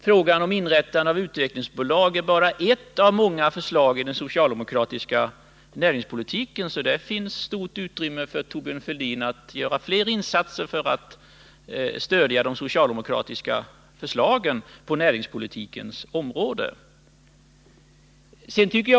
Frågan om inrättande av utvecklingsbolag är bara ett av många förslag i den socialdemokratiska näringspolitiken, så där finns stort utrymme för Thorbjörn Fälldin att göra flera insatser för att stödja de socialdemokratiska förslagen på näringspolitikens område!